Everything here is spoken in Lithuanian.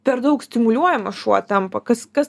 per daug stimuliuojamas šuo tampa kas kas